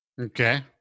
Okay